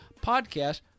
podcast